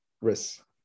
risk